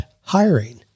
hiring